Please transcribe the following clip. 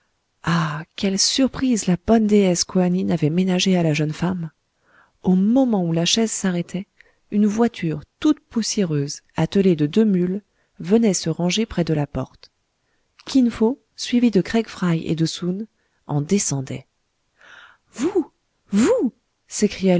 ah quelle surprise la bonne déesse koanine avait ménagée à la jeune femme au moment où la chaise s'arrêtait une voiture toute poussiéreuse attelée de deux mules venait se ranger près de la porte kin fo suivi de craig fry et de soun en descendait vous vous s'écria